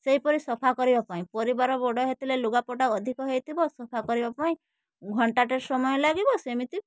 ସେହିପରି ସଫା କାରିବା ପାଇଁ ପରିବାର ବଡ଼ ହେଇଥିଲେ ଲୁଗାପଟା ଅଧିକ ହେଇଥିବ ସଫା କରିବା ପାଇଁ ଘଣ୍ଟାଟେ ସମୟ ଲାଗିବ ସେମିତି